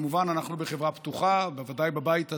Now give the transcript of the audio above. מובן שאנחנו בחברה פתוחה, בוודאי בבית הזה,